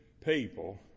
people